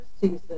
season